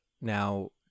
now